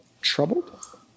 troubled